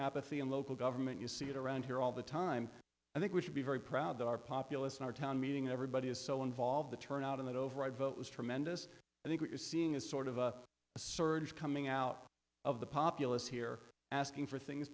apathy in local government you see it around here all the time i think we should be very proud that our populous in our town meeting everybody is so involved the turnout in that override vote was tremendous i think what you're seeing is sort of a surge coming out of the populace here asking for things